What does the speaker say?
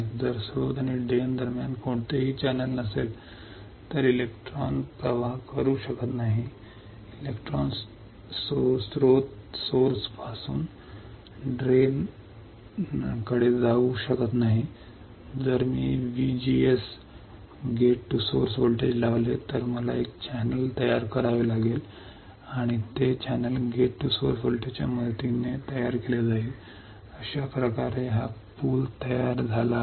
जर स्त्रोत आणि ड्रेन दरम्यान कोणतेही चॅनेल नसेल तर इलेक्ट्रॉन प्रवाह करू शकत नाही इलेक्ट्रॉन स्त्रोतापासून ड्रेन कडे जाऊ शकत नाही जरी मी V G S लावले तर मला एक चॅनेल तयार करावे लागेल आणि ते चॅनेल गेट टू सोर्स व्होल्टेजच्या मदतीने तयार केले जाईल अशा प्रकारे हा पूल तयार झाला आहे